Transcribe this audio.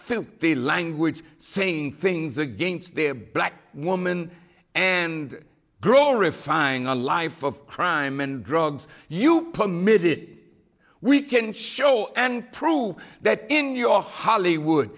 filthy language saying things against their black woman and grow refining a life of crime and drugs you commit it we can show and prove that in your hollywood